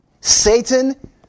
Satan